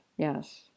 Yes